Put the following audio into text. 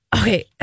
okay